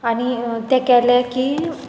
आनी तें केलें की